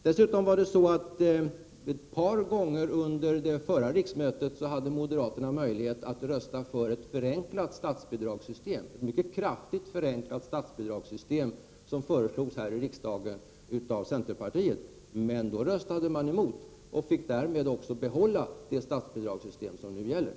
Dessutom hade moderaterna ett par gånger under det förra riksmötet möjlighet att rösta för ett mycket kraftigt förenklat statsbidragssystem som föreslogs av centern här i riksdagen. Men moderaterna röstade emot, och därför har vi det nuvarande statsbidragssystemet.